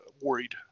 worried